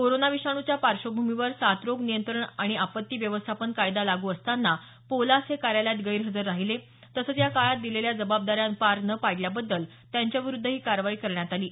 corona विषाणूच्या पार्श्वभूमीवर साथरोग नियंत्रण आणि आपत्ती व्यवस्थापन कायदा लागू असताना पोलास हे कार्यालयात गैरहजर राहिले तसंच या काळात दिलेल्या जबाबदाऱ्या पार न पाडल्याबद्दल त्यांच्याविरूद्ध ही कारवाई करण्यात आली आहे